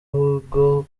hugo